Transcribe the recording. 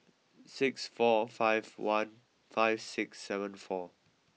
six four five one five six seven four